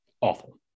Awful